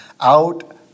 out